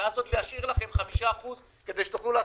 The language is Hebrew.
ואז עוד להשאיר לכם 5% כדי שתוכלו גם